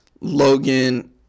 Logan